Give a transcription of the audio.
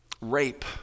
Rape